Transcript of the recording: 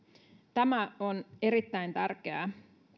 tämä on erittäin tärkeää